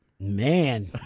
Man